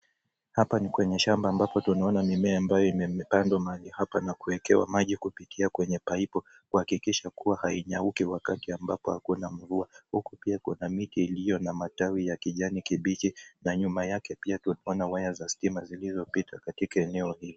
Hapa ni kwenye shamba ambapo tunaona mimea ambayo imepandwa mahali hapa na kuwekewa maji kupitia kwenye paipu kuhakikisha kuwa hainyuki wakati ambapo hakuna mvua. Huku pia kuna miti iliyo na matawi ya kijani kibichi na nyuma yake pia tunaona nyaya za stima zilizopita katika eneo hii.